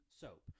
soap